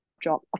job